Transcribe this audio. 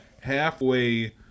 halfway